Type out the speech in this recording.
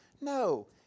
No